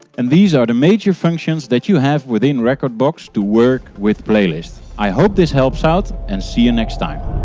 and these are the major function that you have within rekordbox to work with playlists. i hope this helps out and see you and next time.